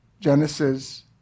Genesis